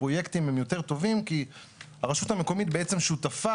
הפרויקטים הם יותר טובים כי הרשות המקומית בעצם שותפה